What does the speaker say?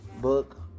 Book